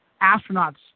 astronaut's